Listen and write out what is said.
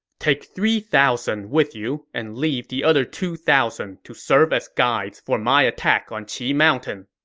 take three thousand with you, and leave the other two thousand to serve as guides for my attack on qi mountain.